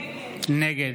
נגד